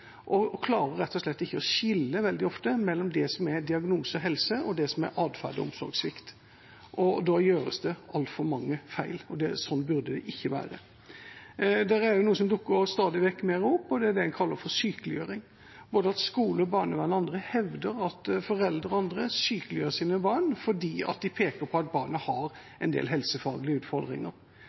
og klarer rett og slett ofte ikke å skille mellom det som er diagnose og helse, og det som er atferd og omsorgssvikt. Da gjøres det altfor mange feil, og sånn burde det ikke være. Det er også noe som dukker opp stadig oftere, og det er det en kaller for sykeliggjøring – at både skole, barnevern og andre hevder at foreldre og andre sykeliggjør sine barn fordi de peker på at barnet har en del helsefaglige utfordringer.